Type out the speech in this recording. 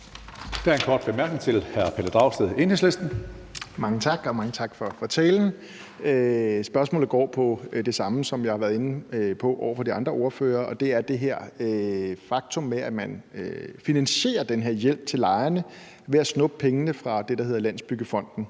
Der er en kort bemærkning fra Pelle Dragsted, Enhedslisten. Kl. 14:52 Pelle Dragsted (EL): Mange tak. Og mange tak for talen. Spørgsmålet går på det samme, som jeg har været inde på over for de andre ordførere, og det er det her faktum, at man finansierer den her hjælp til lejerne ved at snuppe pengene fra det, der hedder Landsbyggefonden,